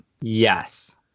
Yes